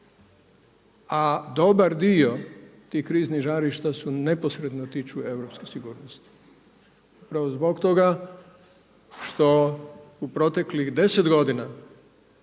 A dobar dio tih kriznih žarišta se neposredno tiču europske sigurnosti. Upravo zbog toga što u proteklih 10 godina